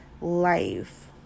life